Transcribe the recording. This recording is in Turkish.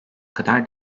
kadar